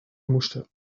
moesten